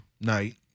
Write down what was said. night